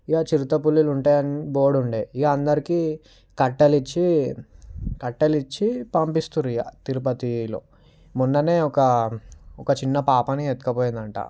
ఇగ చిరుతపులు ఉంటాయి అని బోర్డ్ ఉండేది ఇక అందరికీ కట్టెలిచ్చి కట్టెలిచ్చి పంపిస్తున్నారు ఇక తిరుపతిలో మొన్ననే ఒక ఒక చిన్న పాపని ఎత్తుకొని పోయిందట